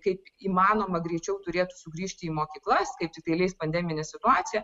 kaip įmanoma greičiau turėtų sugrįžti į mokyklas kai tiktai leis pandeminė situacija